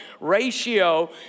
ratio